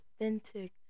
authentic